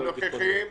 ואגף